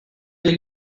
tell